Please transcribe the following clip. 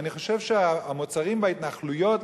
אני חושב שהמוצרים בהתנחלויות,